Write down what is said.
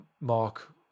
Mark